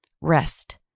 Rest